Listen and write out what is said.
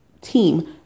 team